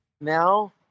now